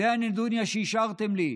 זו הנדוניה שהשארתם לי,